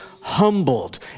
humbled